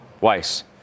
Weiss